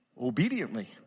Obediently